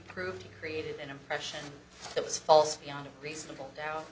proved created an impression that was false beyond a reasonable doubt